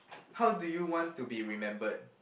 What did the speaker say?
how do you want to be remembered